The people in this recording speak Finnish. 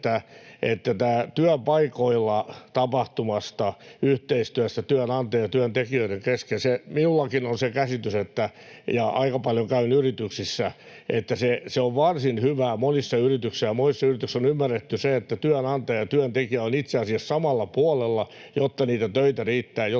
hyvin työpaikoilla tapahtuvasta yhteistyöstä työnantajan ja työntekijöiden kesken. Minullakin on se käsitys — ja aika paljon käyn yrityksissä — että se on varsin hyvää monissa yrityksissä ja monissa yrityksissä on ymmärretty, että työnantaja ja työntekijä ovat itse asiassa samalla puolella, jotta niitä töitä riittää